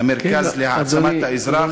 המרכז להעצמת האזרח,